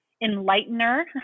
enlightener